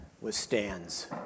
withstands